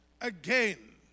again